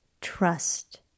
trust